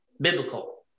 biblical